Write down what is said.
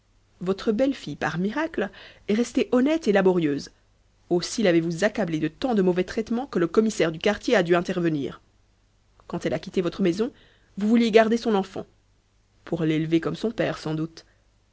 votre belle-fille par miracle est restée honnête et laborieuse aussi l'avez-vous accablée de tant de mauvais traitements que le commissaire du quartier a dû intervenir quand elle a quitté votre maison vous vouliez garder son enfant pour l'élever comme son père sans doute